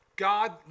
God